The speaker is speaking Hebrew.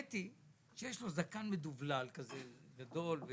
יש לו זקן מדובלל ופאות,